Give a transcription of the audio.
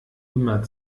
immer